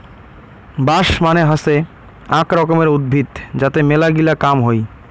বাঁশ মানে হসে আক রকমের উদ্ভিদ যাতে মেলাগিলা কাম হই